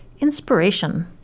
Inspiration